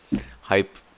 hype